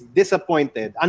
disappointed